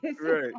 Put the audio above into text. Right